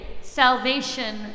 salvation